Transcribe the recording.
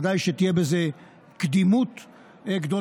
בוודאי שתהיה בזה קדימות גדולה.